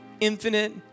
infinite